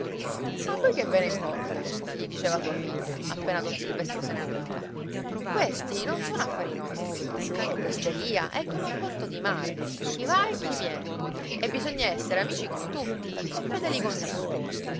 a voi che ve ne importa gli diceva sua figlia appena don silvestro se ne andava questi non sono affari nostri l'osteria è come un porto di mare chi va e chi viene e bisogna essere amici con tutti e fedeli con